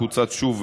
הוא קוצץ שוב,